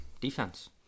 defense